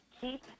Keep